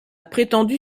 prétendue